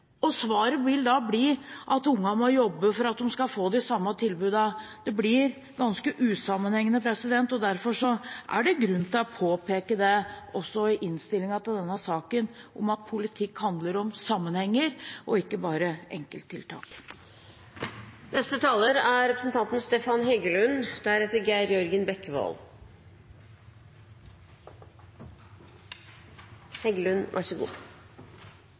Svaret vil da bli at ungene må jobbe for at de skal få de samme tilbudene. Det blir ganske usammenhengende, og derfor er det også i innstillingen til denne saken grunn til å påpeke at politikk handler om sammenhenger og ikke bare